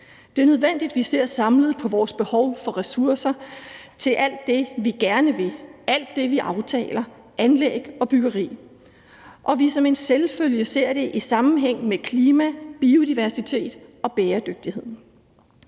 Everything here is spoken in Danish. Det er nødvendigt, at vi ser samlet på vores behov for ressourcer til alt det, vi gerne vil, alt det, vi aftaler – anlæg og byggeri – og at vi som en selvfølge ser det i sammenhæng med klima, biodiversitet og bæredygtighed.